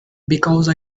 because